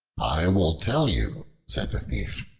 i will tell you, said the thief,